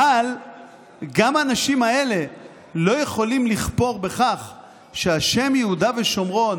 אבל גם האנשים האלה לא יכולים לכפור בכך שהשם "יהודה ושומרון"